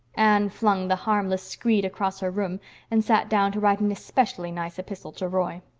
anne flung the harmless screed across her room and sat down to write an especially nice epistle to roy.